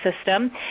system